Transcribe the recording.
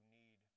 need